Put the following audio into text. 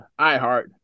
iHeart